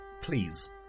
Please